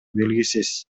белгисиз